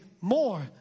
more